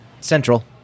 central